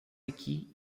aqui